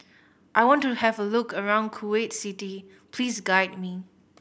I want to have a look around Kuwait City please guide me